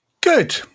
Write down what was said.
good